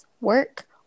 work